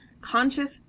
conscious